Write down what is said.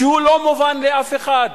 שהוא לא מובן לאף אחד.